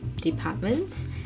departments